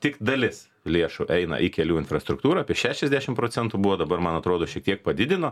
tik dalis lėšų eina į kelių infrastruktūrą tai šešiasdešim procentų buvo dabar man atrodo šiek tiek padidino